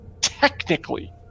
Technically